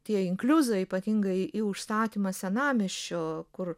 tie inkliuzai ypatingai į užstatymą senamiesčio kur